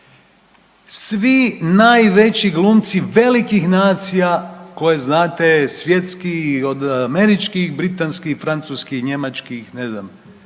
Svi najveći glumci velikih nacija koje znate je svjetskiji i od američkih, britanskih, francuskih, njemačkih, ne znam,